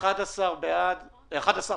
הצבעה בעד, 2 נגד, 11 לא אושרה.